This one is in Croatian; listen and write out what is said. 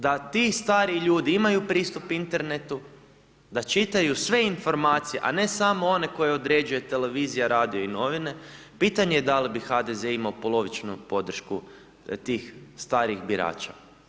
Da ti stari ljudi imaju pristup internetu, da čitaju sve informacije a ne samo one koje određuje televizija, radio i novine pitanje je da li bi HDZ imao polovičnu podršku tih starijih birača.